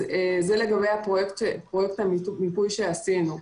זה לגבי פרויקט המיפוי שעשינו.